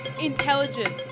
intelligent